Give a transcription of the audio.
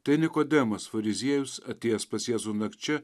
tai nikodemas fariziejus atėjęs pas jėzų nakčia